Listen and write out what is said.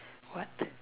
what